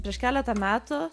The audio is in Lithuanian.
prieš keletą metų